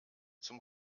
zum